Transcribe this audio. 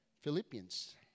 Philippians